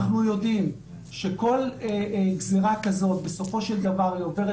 אנחנו יודעים שכל גזרה כזו בסופו של דבר עוברת